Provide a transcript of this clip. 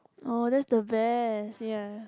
oh that the best yea yea